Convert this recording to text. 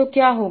तो क्या होगा